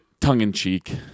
tongue-in-cheek